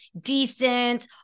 decent